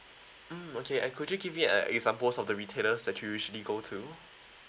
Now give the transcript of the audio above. mm okay and could you give me a examples of the retailers that you usually go to